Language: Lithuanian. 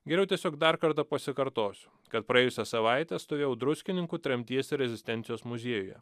geriau tiesiog dar kartą pasikartosiu kad praėjusią savaitę stovėjau druskininkų tremties ir rezistencijos muziejuje